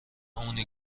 اونی